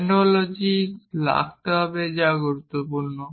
tautology থাকতে হবে যা গুরুত্বপূর্ণ